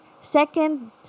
Second